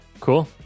cool